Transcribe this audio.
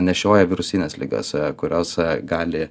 nešioja virusines ligas kurios gali